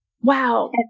Wow